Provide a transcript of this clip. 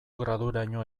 graduraino